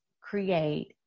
create